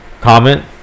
comment